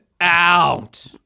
out